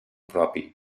propi